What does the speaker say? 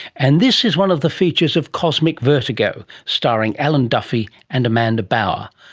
and this is one of the features of cosmic vertigo, starring alan duffy and amanda bauer.